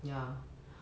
ya